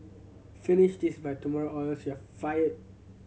finish this by tomorrow or else you'll fired